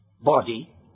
body